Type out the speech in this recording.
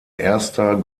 erster